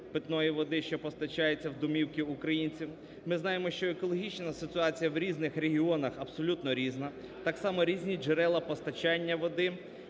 питаної води, що постачається в домівки українців. Ми знаємо, що екологічна ситуація в різних регіонах абсолютно різна. Так само різні джерела постачання води.